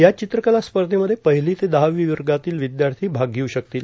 या चित्रकला स्पर्धेमध्ये पहिली ते दहावी वर्गातील विद्यार्थी भाग घेऊ शकतील